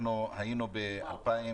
אנחנו היינו ב-2015